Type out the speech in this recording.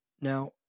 Now